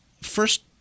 first